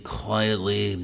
quietly